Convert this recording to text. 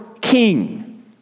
King